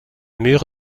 mur